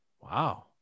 Wow